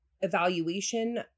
evaluation